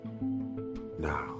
Now